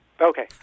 Okay